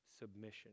submission